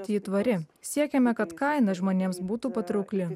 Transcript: ji tvari siekiame kad kaina žmonėms būtų patraukli